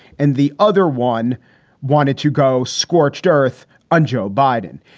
and the other one wanted to go scorched earth on joe biden.